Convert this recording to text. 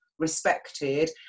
respected